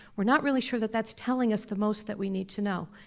we're not really sure that that's telling us the most that we need to know.